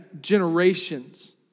generations